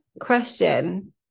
question